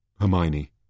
Hermione